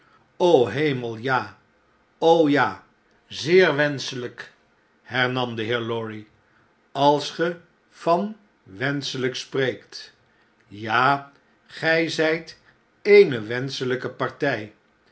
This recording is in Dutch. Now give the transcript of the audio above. hemel ja ja zeer wenscheljjk hernam de heer lorry als ge van wenschelijk spreekt ja gij zijt eene wenschelgke partij